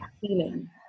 feeling